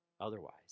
Otherwise